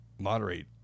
moderate